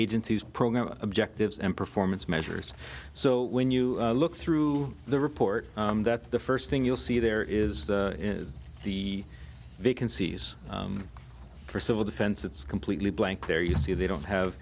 agencies programme objectives and performance measures so when you look through the report that the first thing you'll see there is the vacancies for civil defense it's completely blank there you see they don't have